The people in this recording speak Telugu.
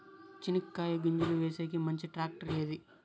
చెనక్కాయ గింజలు వేసేకి మంచి టాక్టర్ ఏది?